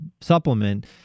supplement